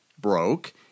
broke